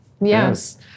yes